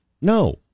no